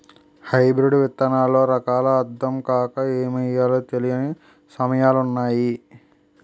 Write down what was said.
hybrid విత్తనాల్లో రకాలు అద్దం కాక ఏమి ఎయ్యాలో తెలీని సమయాలున్నాయి